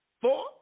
four